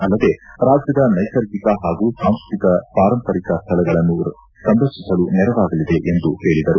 ಅಲ್ಲದೆ ರಾಜ್ಯದ ನೈಸರ್ಗಿಕ ಹಾಗೂ ಸಾಂಸ್ಟತಿಕ ಪಾರಂಪರಿಕ ಸ್ಥಳಗಳ ಸಂರಕ್ಷಿಸಲು ನೆರವಾಗಲಿದೆ ಎಂದು ಹೇಳಿದರು